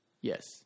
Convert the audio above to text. Yes